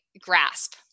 grasp